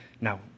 Now